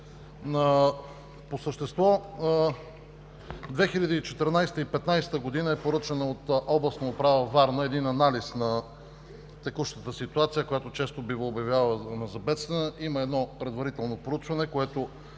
По същество, 2014-2015 г. е поръчан от Областна управа – Варна, един анализ на текущата ситуация, която често бива обявявана за бедствена. Има едно предварително проучване, което